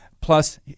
plus